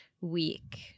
week